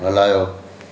हलायो